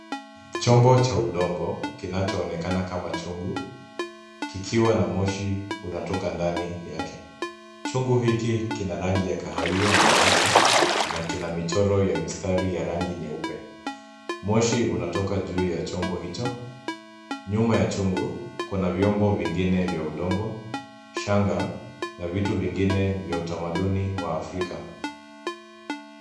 Chombo cha udongo kinacho onekana kama chungu kikiwa na moshi unatoka ndani yake. Chungu hiki kina rangi ya kahawia na nyeusi na kina michoro ya mistari ya rangi nyeupe. Moshi unatoka juu ya chombo hicho. Nyuma ya chungu kuna vyombo vingine vya udongo, shanga na vitu vingine vya utamaduni wa afrika.